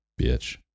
Bitch